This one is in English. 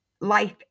life